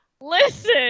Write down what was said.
Listen